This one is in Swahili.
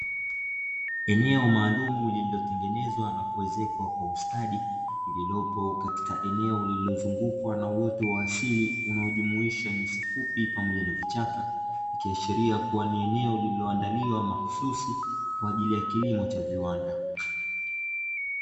Eneo maalumu lililotengenezwa na kuezekwa kwa ustadi lililopo katika eneo lililozungukwa na uoto wa asili unaojumuisha nyasi fupi pamoja na vichaka, ikiashiria kuwa ni eneo lililoandaliwa mahususi kwa ajili ya kilimo cha viwanda.